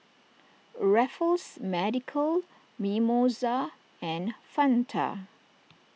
Raffles Medical Mimosa and Fanta